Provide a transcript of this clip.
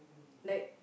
like